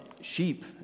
sheep